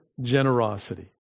generosity